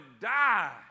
die